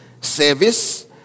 service